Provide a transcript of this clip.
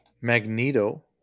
magneto